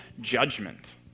judgment